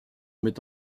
met